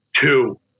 two